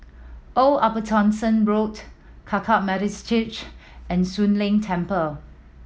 Old Upper Thomson Road Hakka Methodist Church and Soon Leng Temple